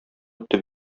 үтте